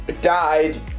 died